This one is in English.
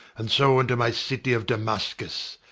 and so unto my city of damascus,